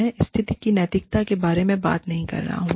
मैं स्थिति की नैतिकता के बारे में बात नहीं कर रहा हूं